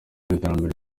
n’iterambere